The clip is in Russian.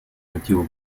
мотивы